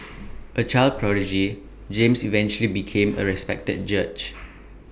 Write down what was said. A child prodigy James eventually became A respected judge